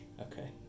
Okay